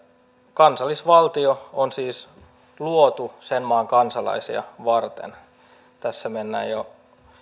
kansallisvaltio on siis luotu sen maan kansalaisia varten tässä mennään jo